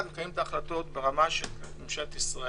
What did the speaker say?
מקבלים את ההחלטות ברמה של ממשלת ישראל,